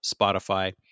Spotify